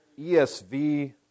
ESV